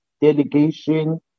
delegation